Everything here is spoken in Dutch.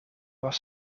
was